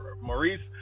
Maurice